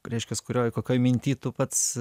reiškias kurioj kokioj minty tu pats